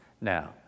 Now